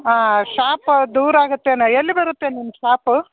ಹಾಂ ಶಾಪ್ ದೂರ ಆಗತ್ತೇನೋ ಎಲ್ಲಿ ಬರತ್ತೆ ನಿಮ್ಮ ಶಾಪು